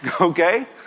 Okay